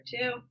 two